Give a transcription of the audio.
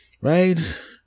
right